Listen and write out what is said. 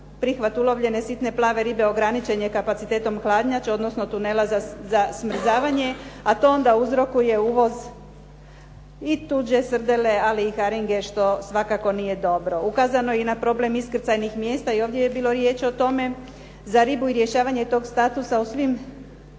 prihvat ulovljene sitne plave ribe ograničen je kapacitetom hladnjače, odnosno tunela za smrzavanje, a to onda uzrokuje uvoz i tuđe srdele, ali i haringe što svakako nije dobro. Ukazano je i na problem iskrcajnih mjesta. I ovdje je bilo riječi o tome za ribu i rješavanje tog statusa u svim